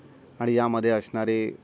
आणि यामध्ये असणारे